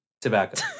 Tobacco